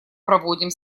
проводим